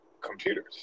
computers